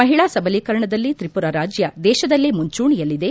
ಮಹಿಳಾ ಸಬಲೀಕರಣದಲ್ಲಿ ತ್ರಿಪುರ ರಾಜ್ಯ ದೇಶದಲ್ಲೇ ಮುಂಚೂಣಿಯಲ್ಲಿದೆ